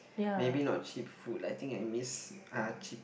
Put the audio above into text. maybe not cheap food lah I think I miss ah cheap